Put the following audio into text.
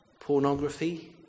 pornography